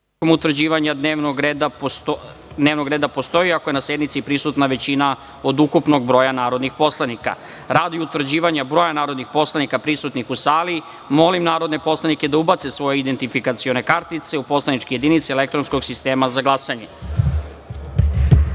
utvrđivanja dnevnog reda postoji ako je na sednici prisutna većina od ukupnog broja narodnih poslanika. Radi utvrđivanja broja narodnih poslanika prisutnih u sali, molim narodne poslanike da ubace svoje identifikacione kartice u poslaničke jedinice elektronskog sistema za